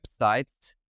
websites